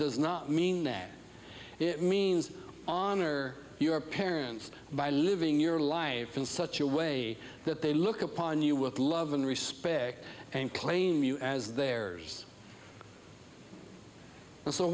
does not mean neck it means honor your parents by living your life in such a way that they look upon you with love and respect and claim you as theirs and so